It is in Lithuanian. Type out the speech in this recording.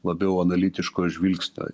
labiau analitiško žvilgsnio